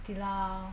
okay lah